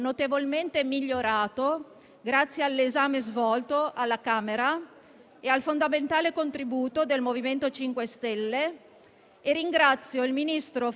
Si tratta di una misura volta a garantire i diritti degli utenti più vulnerabili e di quelli che versano in condizioni di forte disagio economico e sociale.